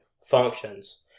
functions